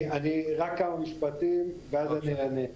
רק כמה משפטים ואז אני אענה.